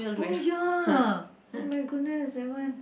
oh ya oh-my-goodness that one